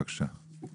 בבקשה.